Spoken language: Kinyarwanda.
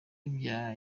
ibya